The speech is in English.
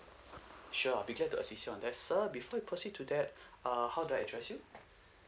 sure I'll be here to assist you on that sir before we proceed to that uh how do I address you